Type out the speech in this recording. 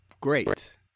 great